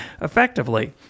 effectively